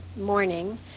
morning